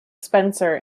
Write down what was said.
spencer